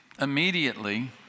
immediately